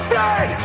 dead